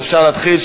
אז אפשר להתחיל.